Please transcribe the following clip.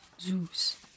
Zeus